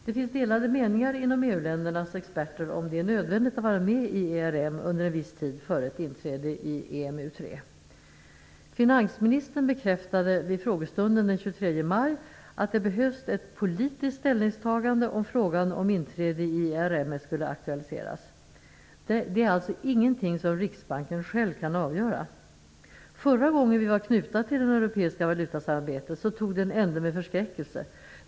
Det råder delade meningar bland EU-ländernas experter om det är nödvändigt att vara med i ERM under en viss tid före ett inträde i EMU 3. 23 maj att ett politiskt ställningstagande behövs om frågan om inträde i ERM skulle aktualiseras. Det är alltså ingenting som Riksbanken själv kan avgöra. Förra gången vi var knutna till det europeiska valutasamarbetet tog det en ände med förskräckelse.